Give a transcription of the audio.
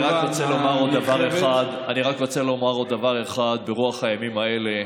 אני רק רוצה לומר עוד דבר אחד ברוח הימים האלה: